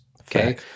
okay